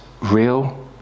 real